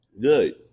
good